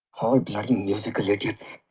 musical idiots!